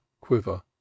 quiver